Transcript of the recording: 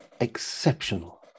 exceptional